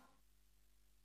אני קובע